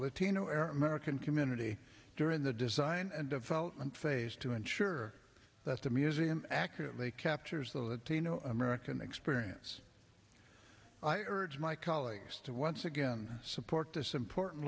latino arab american community during the design and development phase to ensure that the museum accurately captures the latino american experience i urge my colleagues to once again support this important